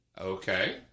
Okay